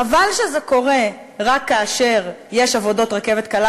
חבל שזה קורה רק כאשר יש העבודות לרכבת קלה,